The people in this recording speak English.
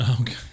Okay